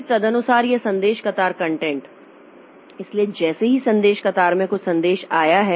फिर तदनुसार यह संदेश कतार कंटेंट इसलिए जैसे ही संदेश कतार में कुछ संदेश आया है